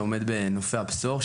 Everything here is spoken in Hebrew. לומד בנופי הבשור,